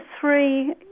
three